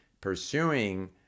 pursuing